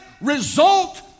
result